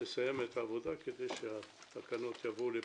לסיים את העבודה, כדי שהתקנות יבואו לפה.